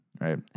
Right